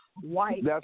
white